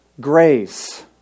grace